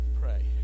pray